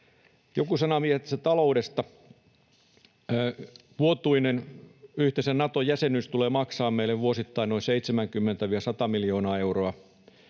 Joku sana vielä tästä taloudesta: Vuotuinen yhteisen Naton jäsenyys tulee maksamaan meille vuosittain noin 70—100 miljoonaa euroa,